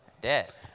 Dead